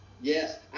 Yes